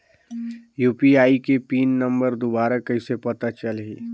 UPI के PIN number दुबारा कइसे पता चलही?